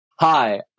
Hi